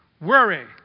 Worry